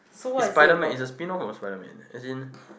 it's spiderman it's a spin off of spiderman as in